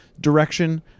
direction